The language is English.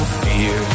fear